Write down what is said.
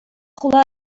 хула